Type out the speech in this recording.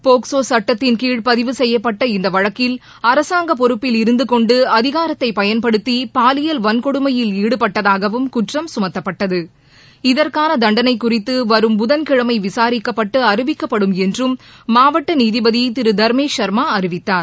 POCSO சட்டத்தின்கீழ் பதிவு செய்யப்பட்ட இந்த வழக்கில் அரசாங்க பொறுப்பில் இருந்துகொண்டு அதிகாரத்தை பயன்படுத்தி பாலியல் வன்கொடுமையில் ஈடுபட்டதாகவும் குற்றம் சுமத்தப்பட்டது இதற்கான தண்டனை குறித்து வரும் புதன்கிழமை விசாரிக்கப்பட்டு அறிவிக்கப்படும் என்றும் மாவட்ட நீதிபதி திரு தர்மேஷ் சர்மா அறிவித்தார்